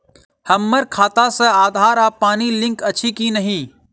हम्मर खाता सऽ आधार आ पानि लिंक अछि की नहि?